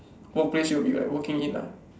workplace you will be like working in ah